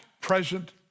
present